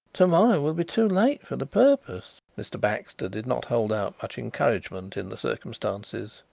to-morrow will be too late for the purpose. mr. baxter did not hold out much encouragement in the circumstances.